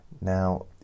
Now